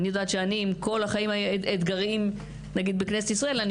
עם כל החיים המאתגרים שיש בכנסת ישראל אני